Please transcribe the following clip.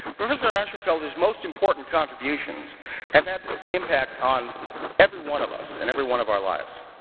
professor ashenfelter's most important contributions have had an impact on every one of us and every one of our lives.